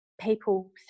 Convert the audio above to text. people